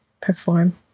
perform